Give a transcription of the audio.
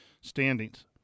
standings